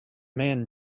man